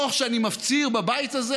תוך שאני מפציר בבית הזה,